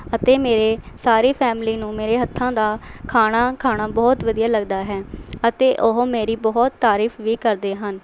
ਅਤੇ ਮੇਰੇ ਸਾਰੀ ਫੈਮਲੀ ਨੂੰ ਮੇਰੇ ਹੱਥਾਂ ਦਾ ਖਾਣਾ ਖਾਣਾ ਬਹੁਤ ਵਧੀਆ ਲੱਗਦਾ ਹੈ ਅਤੇ ਉਹ ਮੇਰੀ ਬਹੁਤ ਤਾਰੀਫ ਵੀ ਕਰਦੇ ਹਨ